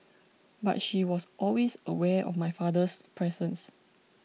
but she was always aware of my father's presence